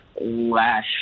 Last